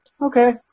Okay